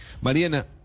Mariana